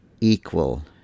equal